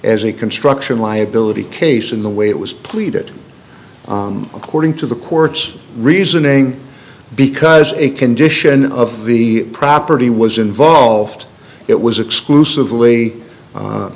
as a construction liability case in the way it was pleaded according to the court's reasoning because a condition of the property was involved it was exclusively